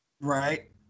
Right